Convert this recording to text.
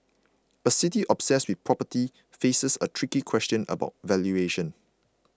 a city obsessed with property faces a tricky question about valuation